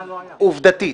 עובדתית.